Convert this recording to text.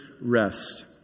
rest